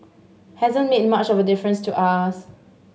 hasn't made much of a difference to us